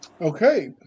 Okay